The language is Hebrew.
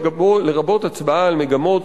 לרבות הצבעה על מגמות,